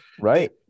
Right